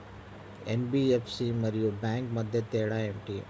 NBFC మరియు bank మధ్య తేడా ఏమిటీ?